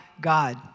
God